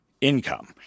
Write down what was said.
income